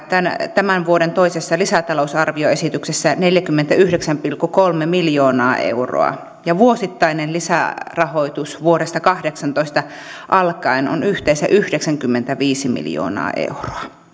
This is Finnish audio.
tämän vuoden toisessa lisätalousarvioesityksessä neljäkymmentäyhdeksän pilkku kolme miljoonaa euroa ja vuosittainen lisärahoitus vuodesta kahdeksantoista alkaen on yhteensä yhdeksänkymmentäviisi miljoonaa euroa